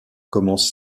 commence